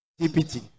TPT